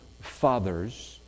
fathers